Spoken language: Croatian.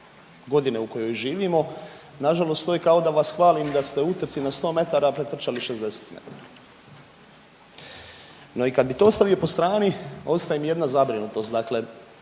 godine u kojoj živimo nažalost to je kao da vas hvalim da ste u utrci na 100 metara pretrčali 60 metara. No i kad bi to ostavio po strani ostaje mi jedna zabrinutost,